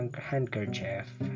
handkerchief